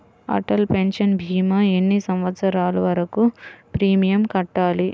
Atal pension భీమా ఎన్ని సంవత్సరాలు వరకు ప్రీమియం కట్టాలి?